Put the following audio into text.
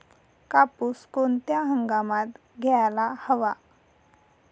कापूस कोणत्या हंगामात घ्यायला हवा?